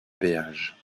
péage